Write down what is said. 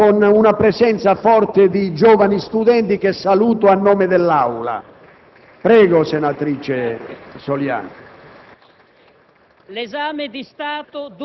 Poi ci sono le tribune con una presenza forte di giovani studenti, che saluto a nome dell'Aula. *(Generali